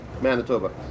Manitoba